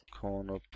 Corner